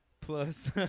Plus